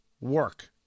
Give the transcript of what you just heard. work